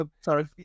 sorry